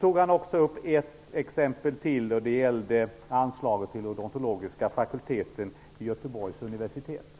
Kihlberg tog också upp ytterligare ett exempel. Det gällde anslaget till den odontologiska fakulteten vid Göteborgs universitet.